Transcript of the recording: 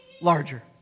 larger